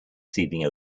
sealing